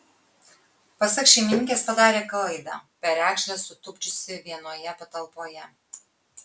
pasak šeimininkės padarė klaidą perekšles sutupdžiusi vienoje patalpoje